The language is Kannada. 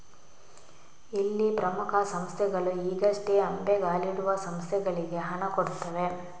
ಇಲ್ಲಿ ಪ್ರಮುಖ ಸಂಸ್ಥೆಗಳು ಈಗಷ್ಟೇ ಅಂಬೆಗಾಲಿಡುವ ಸಂಸ್ಥೆಗಳಿಗೆ ಹಣ ಕೊಡ್ತವೆ